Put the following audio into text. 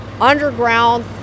underground